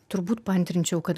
turbūt paantrinčiau kad